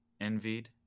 envied